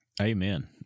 Amen